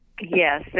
Yes